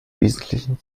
wesentlichen